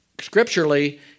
scripturally